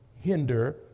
hinder